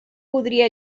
podria